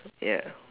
ya